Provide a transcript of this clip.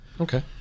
Okay